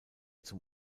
zum